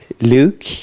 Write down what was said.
Luke